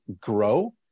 grow